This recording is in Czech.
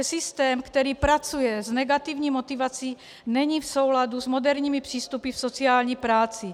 Systém, který pracuje s negativní motivací, není v souladu s moderními přístupy v sociální práci.